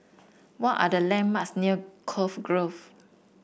what are the landmarks near Cove Grove